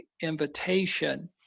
invitation